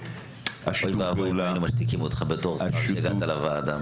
אוי ואבוי אם היינו משתיקים אותך בתור שר שמגיע לוועדה.